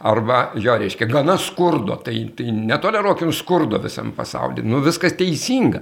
arba jo reiškia gana skurdo tai tai netoleruokim skurdo visam pasauly nu viskas teisinga